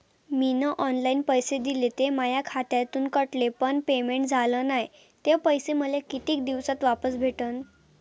मीन online पैसे दिले, ते माया खात्यातून कटले, पण पेमेंट झाल नायं, ते पैसे मले कितीक दिवसात वापस भेटन?